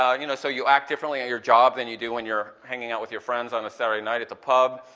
you know, so you act differently at your job than you do when you're hanging out with your friends on a saturday night at the pub,